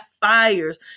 fires